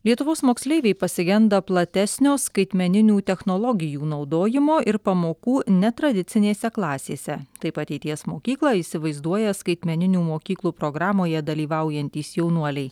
lietuvos moksleiviai pasigenda platesnio skaitmeninių technologijų naudojimo ir pamokų netradicinėse klasėse taip ateities mokyklą įsivaizduoja skaitmeninių mokyklų programoje dalyvaujantys jaunuoliai